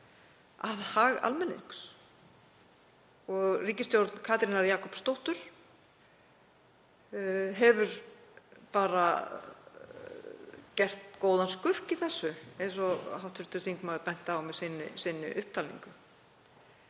að hag almennings. Ríkisstjórn Katrínar Jakobsdóttur hefur bara gert góðan skurk í þessu, eins og hv. þingmaður benti á með upptalningu